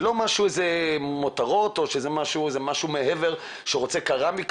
זה לא מותרות או משהו מעבר שהוא רוצה קרמיקה